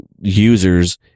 users